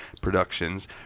Productions